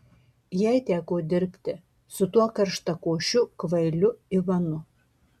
jai teko dirbti su tuo karštakošiu kvailiu ivanu